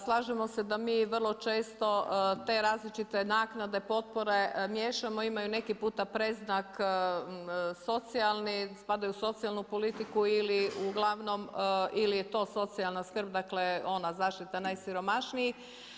Slažemo se da mi vrlo često te različite naknade, potpore, miješamo, imaju neki puta predznak, socijalni, spadaju u socijalnu politiku ili uglavnom, ili je to socijalna skrb dakle, ona zaštita najsiromašnijih.